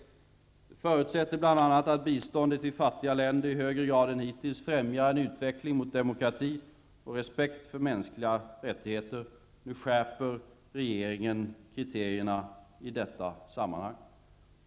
Det förutsätter bl.a. att biståndet till fattiga länder i högre grad än hittills främjar en utveckling mot demokrati och respekt för mänskliga rättigheter. Nu skärper regeringen kriterierna i detta sammanhang.